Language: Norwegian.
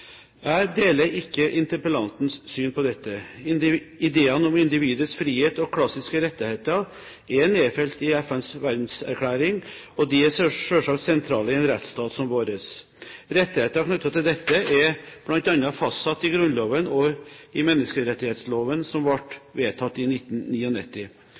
Jeg deler ikke interpellantens syn på dette. Ideen om individets frihet og klassiske rettigheter er nedfelt i FNs verdenserklæring, og de er selvsagt sentrale i en rettsstat som vår. Rettigheter knyttet til dette er bl.a. fastsatt i Grunnloven og i menneskerettighetsloven som ble